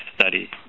study